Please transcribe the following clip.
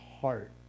heart